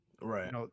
Right